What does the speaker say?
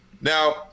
Now